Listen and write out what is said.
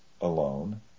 alone